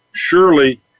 surely